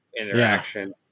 interaction